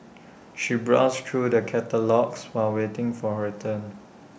she browsed through the catalogues while waiting for her turn